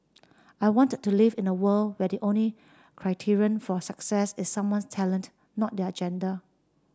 I wanted to live in a world where the only criterion for success is someone's talent not their gender